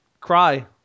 cry